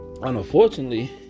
unfortunately